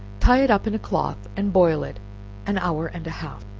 tie it up in a cloth, and boil it an hour and a half.